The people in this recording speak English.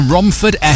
Romford